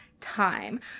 time